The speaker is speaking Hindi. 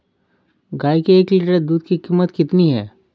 गाय के एक लीटर दूध की कीमत कितनी है?